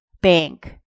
bank